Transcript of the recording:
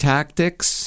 Tactics